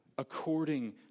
according